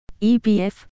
EPF